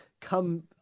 come